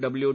W